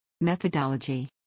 Methodology